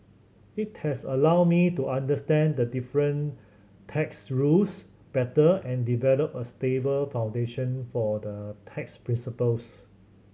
it has allowed me to understand the different tax rules better and develop a stable foundation for the tax principles